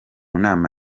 nama